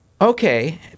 okay